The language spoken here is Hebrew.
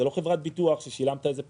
זה לא חברת ביטוח ששילמת איזו פרמיה,